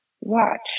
Watch